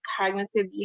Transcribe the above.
cognitive